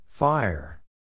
Fire